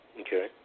Okay